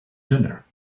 dinner